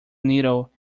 needle